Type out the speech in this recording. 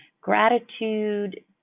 gratitude